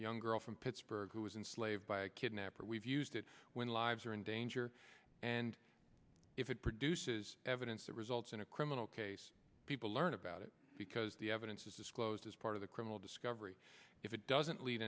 young girl from pittsburgh who was in slave by a kidnapper we've used it when lives are in danger and if it produces evidence that results in a criminal case people learn about it because the evidence is disclosed as part of the criminal discovery if it doesn't lead